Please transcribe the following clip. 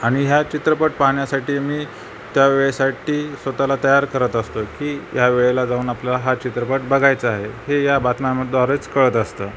आणि ह्या चित्रपट पाहण्यासाठी मी त्या वेळेस स्वतःला तयार करत असतो की ह्या वेळेला जाऊन आपल्याला हा चित्रपट बघायचा आहे हे या बातम्यांमद्वारेच कळत असतं